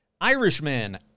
Irishman